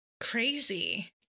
Crazy